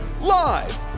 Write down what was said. Live